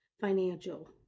financial